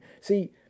See